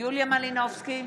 יוליה מלינובסקי,